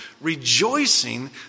rejoicing